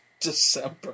December